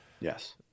Yes